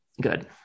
good